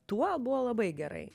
tuo buvo labai gerai